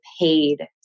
paid